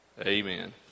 Amen